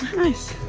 nice.